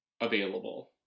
available